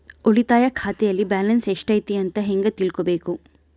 ಉಳಿತಾಯ ಖಾತೆಯಲ್ಲಿ ಬ್ಯಾಲೆನ್ಸ್ ಎಷ್ಟೈತಿ ಅಂತ ಹೆಂಗ ತಿಳ್ಕೊಬೇಕು?